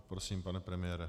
Prosím, pane premiére.